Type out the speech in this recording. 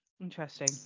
interesting